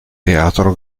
teatro